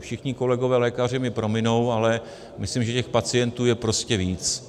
Všichni kolegové lékaři mi prominou, ale myslím, že těch pacientů je prostě víc.